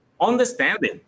understanding